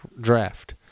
draft